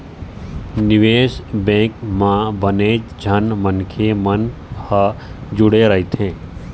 निवेश बेंक म बनेच झन मनखे मन ह जुड़े रहिथे